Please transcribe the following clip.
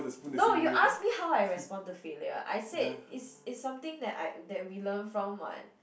no you asked me how I respond to failure I said is is something that we learn from [what]